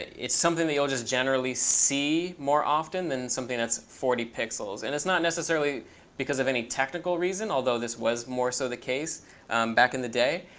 it's something that you'll just generally see more often than something that's forty pixels. and it's not necessarily because of any technical reason, although this was more so the case back in the day.